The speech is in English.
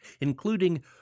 including